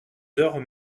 heures